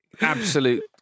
absolute